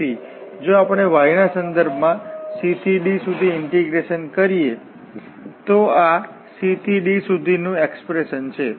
તેથી જો આપણે y ના સંદર્ભમાં c થી d સુધી ઇન્ટીગ્રેશન કરીએ તો આ c થી d સુધીનું એક્સપ્રેશન છે